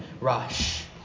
rush